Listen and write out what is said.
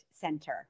center